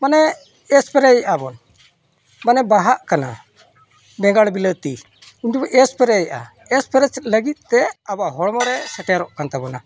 ᱢᱟᱱᱮ ᱥᱯᱨᱮᱭᱮᱜᱼᱟ ᱵᱚᱱ ᱢᱟᱱᱮ ᱵᱟᱦᱟᱜ ᱠᱟᱱᱟ ᱵᱮᱸᱜᱟᱲ ᱵᱤᱞᱟᱹᱛᱤ ᱩᱱ ᱡᱚᱦᱚᱜ ᱥᱯᱨᱮᱭᱮᱜᱼᱟ ᱥᱯᱨᱮ ᱞᱟᱹᱜᱤᱫ ᱛᱮ ᱟᱵᱚᱣᱟᱜ ᱦᱚᱲᱢᱚ ᱨᱮ ᱥᱮᱴᱮᱨᱚᱜ ᱠᱟᱱ ᱛᱟᱵᱳᱱᱟ